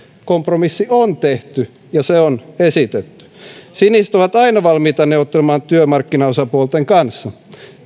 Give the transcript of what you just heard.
kompromissi on tehty ja se on esitetty siniset ovat aina valmiita neuvottelemaan työmarkkinaosapuolten kanssa